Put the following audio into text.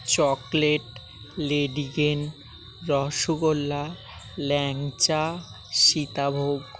chocolate লেডিকেনি রসগোল্লা ল্যাংচা সীতাভোগ